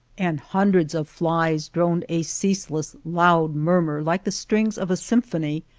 and hundreds of flies droned a cease less, loud murmur like the strings of a symphony,